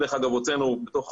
דרך אגב, מתוך